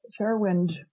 Fairwind